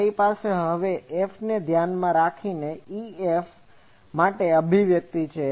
મારી પાસે હવે F ને ધ્યાન માં રાખી ને EF માટે અભિવ્યક્તિ છે